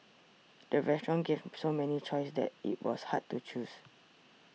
the restaurant gave so many choices that it was hard to choose